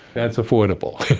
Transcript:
that's affordable.